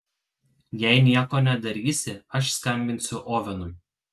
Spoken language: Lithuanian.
jei nieko nedarysi aš skambinsiu ovenui